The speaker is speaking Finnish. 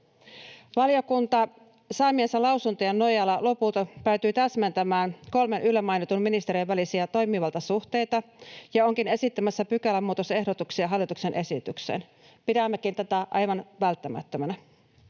Valiokunta päätyi saamiensa lausuntoja nojalla lopulta täsmentämään kolmen yllä mainitun ministeriön välisiä toimivaltasuhteita ja onkin esittämässä pykälämuutosehdotuksia hallituksen esitykseen. Pidämmekin tätä aivan välttämättömänä.